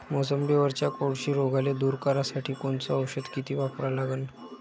मोसंबीवरच्या कोळशी रोगाले दूर करासाठी कोनचं औषध किती वापरा लागन?